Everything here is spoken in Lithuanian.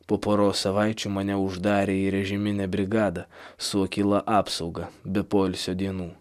po poros savaičių mane uždarė į režiminę brigadą su akyla apsauga be poilsio dienų